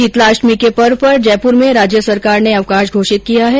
शीतला अष्टमी के पर्व पर जयपुर में राज्य सरकार ने अवकाश घोषित किया है